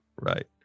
Right